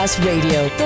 Radio